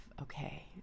okay